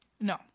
No